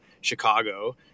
Chicago